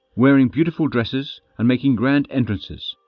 wearing beautiful dresses, and making grand entrances.